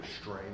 strain